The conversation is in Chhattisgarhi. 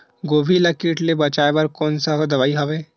गोभी ल कीट ले बचाय बर कोन सा दवाई हवे?